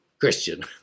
Christian